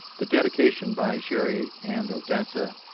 the dedication by sherry and odessa